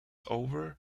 over